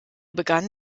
begann